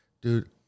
dude